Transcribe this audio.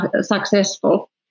successful